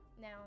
Now